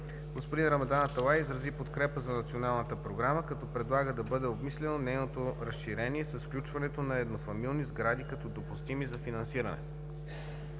Господин Рамадан Аталай изрази подкрепа за Националната програма, като предлага да бъде обмислено нейното разширение със включването на еднофамилни сгради като допустими за финансиране.